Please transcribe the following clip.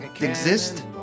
exist